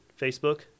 facebook